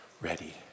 ready